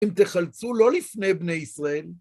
אם תחלצו לא לפני בני ישראל.